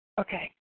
Okay